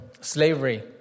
slavery